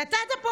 נתת פה